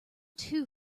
two